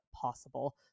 possible